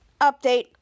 Update